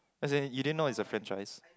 as in you didn't know it's a franchise